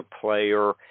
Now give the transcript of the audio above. player